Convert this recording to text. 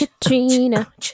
Katrina